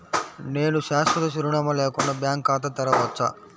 నేను శాశ్వత చిరునామా లేకుండా బ్యాంక్ ఖాతా తెరవచ్చా?